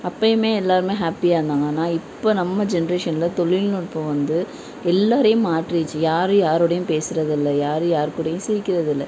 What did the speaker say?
அப்பயுமே எல்லாருமே ஹாப்பியாக இருந்தாங்கள் ஆனால் இப்போ நம்ம ஜென்ரேஷன்ல தொழில்நுட்பம் வந்து எல்லாரையும் மாற்றிடுச்சு யாரும் யாரோடையும் பேசுகிறது இல்லை யாரும் யார் கூடயும் சிரிக்கிறது இல்லை